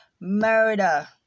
Murder